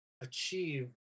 achieve